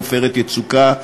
"עופרת יצוקה",